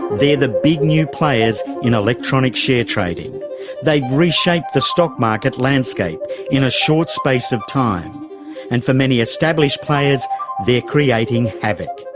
the the big new players in electronic share trading they've reshaped the stock market landscape in a short space of time and for many established players they're creating havoc,